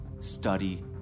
Study